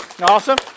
Awesome